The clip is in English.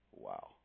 Wow